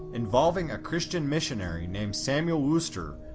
involving a christian missionary named samuel worcester,